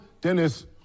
Dennis